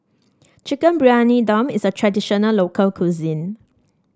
Chicken Briyani Dum is a traditional local cuisine